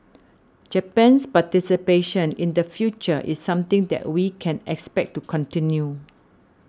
Japan's participation in the future is something that we can expect to continue